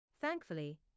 Thankfully